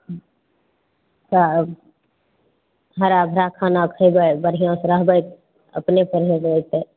तऽ हरा भरा खाना खयबै बढ़िआँ से रहबै अपने परहेज होतै